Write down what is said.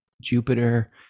jupiter